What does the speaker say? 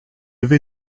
levé